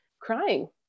crying